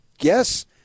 yes